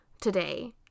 today